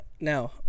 Now